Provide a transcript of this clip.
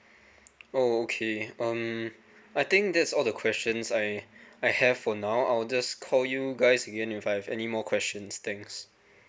oh okay um I think that's all the questions I I have for now I'll just call you guys again if I have any more questions thanks